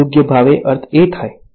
યોગ્ય ભાવે અર્થ એ થાય કે